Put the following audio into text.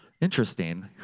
Interesting